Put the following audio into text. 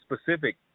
specific